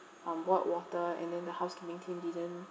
um boiled water and then the housekeeping team didn't